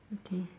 okay